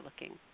looking